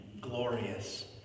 glorious